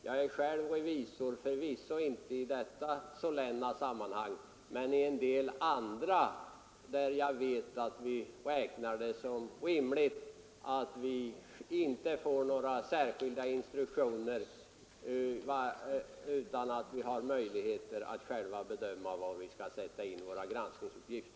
Jag är själv revisor, förvisso inte i detta solenna sammanhang men i en del andra, där vi räknar det som rimligt att vi får arbeta utan några särskilda instruktioner, så att vi har möjligheter att själva bedöma var vi skall utföra vårt granskningsarbete.